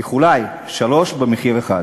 איחולי, שלושה במחיר אחד.